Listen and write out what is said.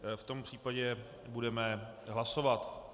V tom případě budeme hlasovat.